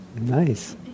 Nice